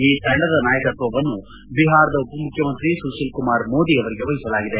ಈ ತಂಡದ ನಾಯಕತ್ವವನ್ನು ಬಿಹಾರದ ಉಪಮುಖ್ನಮಂತ್ರಿ ಸುತೀಲ್ ಕುಮಾರ್ ಮೋದಿ ಅವರಿಗೆ ವಹಿಸಲಾಗಿದೆ